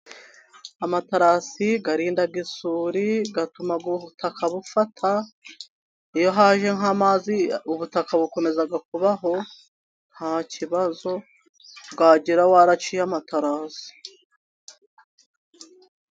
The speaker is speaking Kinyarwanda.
Amaterasi arinda isuri atuma butaka bufata, iyo haje nk'amazi ubutaka bukomeza kuba aho, nta kibazo bwagira waraciye amatarasi.